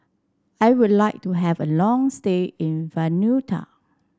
I would like to have a long stay in Vanuatu